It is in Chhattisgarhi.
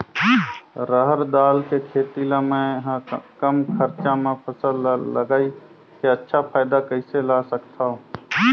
रहर दाल के खेती ला मै ह कम खरचा मा फसल ला लगई के अच्छा फायदा कइसे ला सकथव?